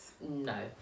No